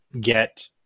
get